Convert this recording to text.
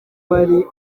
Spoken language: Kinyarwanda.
bari